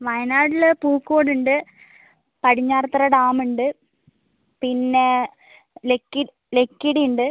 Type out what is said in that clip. വായനാടിൽ പൂക്കോട് ഉണ്ട് പടിഞ്ഞാറത്തറ ഡാം ഉണ്ട് പിന്നെ ലക്കിടി ഉണ്ട്